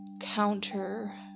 counter